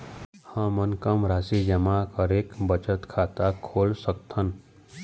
हमन कम राशि जमा करके बचत खाता खोल सकथन?